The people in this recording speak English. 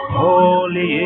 holy